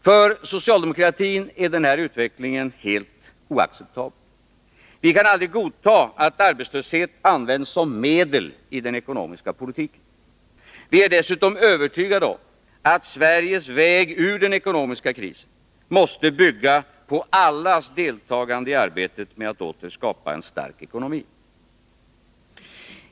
För socialdemokratin är denna utveckling helt oacceptabel. Vi kan aldrig godta att arbetslöshet används som medel i den ekonomiska politiken. Vi är dessutom övertygade om att Sveriges väg ur den ekonomiska krisen måste bygga på allas deltagande i arbetet med att åter skapa en stark ekonomi.